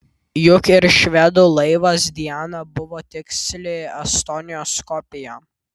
juk ir švedų laivas diana buvo tiksli estonijos kopija